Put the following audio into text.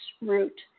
route